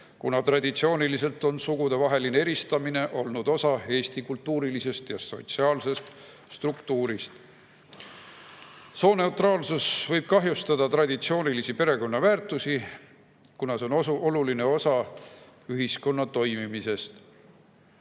kuna traditsiooniliselt on sugudevaheline eristamine olnud osa Eesti kultuurilisest ja sotsiaalsest struktuurist. Sooneutraalsus võib kahjustada traditsioonilisi perekonnaväärtusi, mis on oluline osa ühiskonna toimimisest. Sooviksime